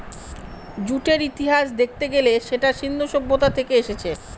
জুটের ইতিহাস দেখতে গেলে সেটা সিন্ধু সভ্যতা থেকে এসেছে